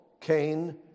Cain